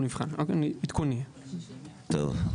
טוב.